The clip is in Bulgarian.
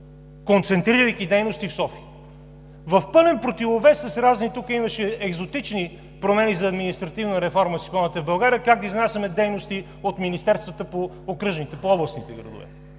концентрирайки дейности в София, в пълен противовес с разни тук екзотични промени за административна реформа в България – имаше, спомняте си, как да изнасяме дейности от министерствата по окръжните, по областните градове.